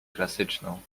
klasyczną